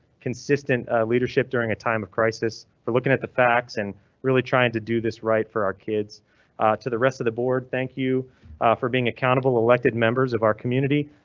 consistent. leadership during a time of crisis for looking at the facts and really trying to do this right for our kids to the rest of the board. thank you for being accountable elected members of our community.